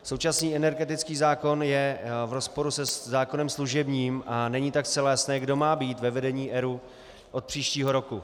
Současný energetický zákon je v rozporu se zákonem služebním, a není tak zcela jasné, kdo má být ve vedení ERÚ od příštího roku.